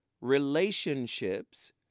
relationships